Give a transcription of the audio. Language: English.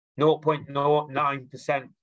0.09%